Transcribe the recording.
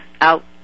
out